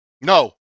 No